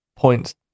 Points